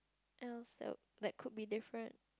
else that~ that could be different